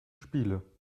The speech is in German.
spiele